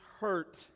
hurt